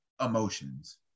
emotions